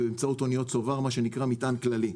באמצעות אוניות צובר, מה שנקרא מטען כללי.